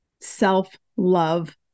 self-love